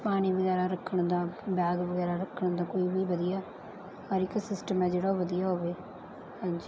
ਪਾਣੀ ਵਗੈਰਾ ਰੱਖਣ ਦਾ ਬੈਗ ਵਗੈਰਾ ਰੱਖਣ ਦਾ ਕੋਈ ਵੀ ਵਧੀਆ ਹਰ ਇੱਕ ਸਿਸਟਮ ਹੈ ਜਿਹੜਾ ਉਹ ਵਧੀਆ ਹੋਵੇ ਹਾਂਜੀ